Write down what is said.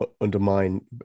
undermine